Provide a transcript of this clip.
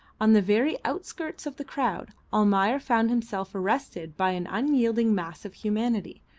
on the very outskirts of the crowd almayer found himself arrested by an unyielding mass of humanity,